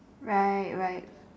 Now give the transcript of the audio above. right right